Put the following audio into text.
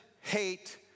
hate